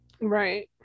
right